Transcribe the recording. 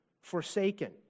Forsaken